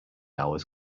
hours